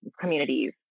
communities